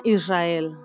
Israel